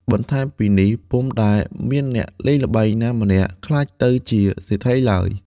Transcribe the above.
បន្ថែមពីនេះ ពុំដែលមានអ្នកលេងល្បែងណាម្នាក់ក្លាយទៅជាសេដ្ឋីឡើយ ។